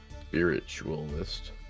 spiritualist